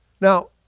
Now